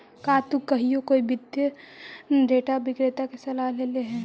का तु कहियो कोई वित्तीय डेटा विक्रेता के सलाह लेले ह?